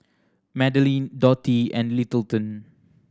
Madelyn Dottie and Littleton